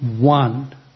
one